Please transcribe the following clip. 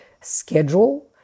schedule